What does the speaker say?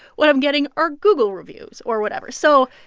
what i'm getting are google reviews or whatever so